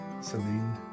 Celine